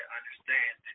understand